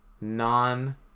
non